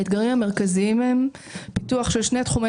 האתגרים המרכזיים הם פיתוח של שני תחומי